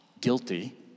guilty